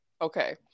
Okay